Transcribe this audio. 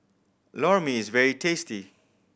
Lor Mee is very tasty